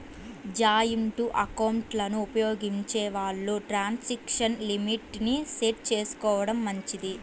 joint ఎకౌంట్లను ఉపయోగించే వాళ్ళు ట్రాన్సాక్షన్ లిమిట్ ని సెట్ చేసుకోడం మంచిది